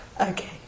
Okay